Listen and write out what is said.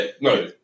no